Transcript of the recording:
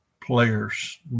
players